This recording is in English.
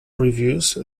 reviews